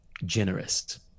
Generous